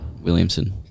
Williamson